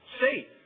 safe